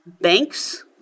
banks